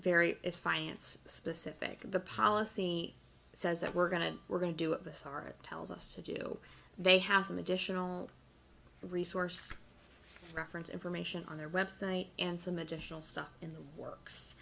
is finance specific the policy says that we're going to we're going to do it this hour it tells us to do they have some additional resource reference information on their website and some additional stuff in the works